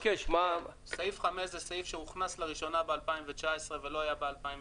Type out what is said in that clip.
סעיף (5) זה סעיף שהוכנס לראשונה ב-2019 ולא היה ב-2018,